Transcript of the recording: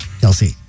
Chelsea